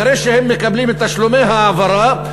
אחרי שהם מקבלים את תשלומי ההעברה,